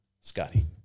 Scotty